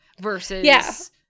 versus